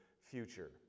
future